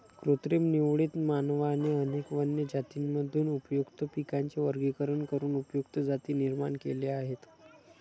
कृत्रिम निवडीत, मानवाने अनेक वन्य जातींमधून उपयुक्त पिकांचे वर्गीकरण करून उपयुक्त जाती निर्माण केल्या आहेत